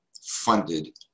funded